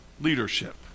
leadership